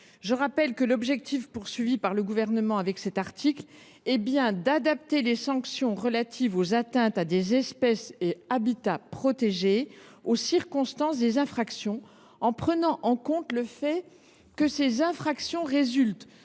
Je rappelle que l’objectif visé par le Gouvernement au travers de cet article est d’adapter les sanctions relatives aux atteintes aux espèces et aux habitats protégés aux circonstances des infractions, en prenant en compte le fait que ces infractions résultent